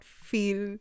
feel